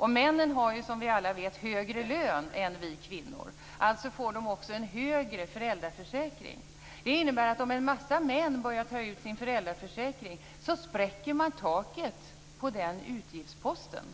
den. Männen har som vi alla vet högre lön än vi kvinnor. De får alltså en högre ersättning från föräldraförsäkringen. Det innebär att om en massa män börjar ta ut sin föräldraförsäkring spräcker man taket på den utgiftsposten.